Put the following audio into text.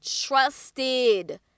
trusted